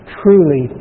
truly